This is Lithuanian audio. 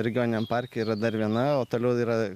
regioniniam parke yra dar viena o toliau yra